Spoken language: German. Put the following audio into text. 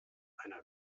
einer